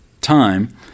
time